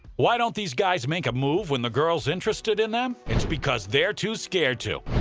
why don't these guys make a move when the girl is interested in them? it's because they're too scared to!